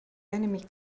enemy